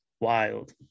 Wild